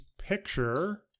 picture